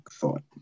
thought